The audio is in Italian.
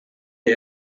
dei